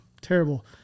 terrible